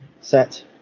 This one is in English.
set